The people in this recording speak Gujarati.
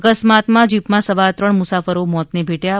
અકસ્માતમાં જીપમાં સવાર ત્રણ મુસાફરો મોતને ભેટ્યા હતા